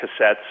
cassettes